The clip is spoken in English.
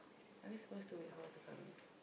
are we suppose to wait for her to come in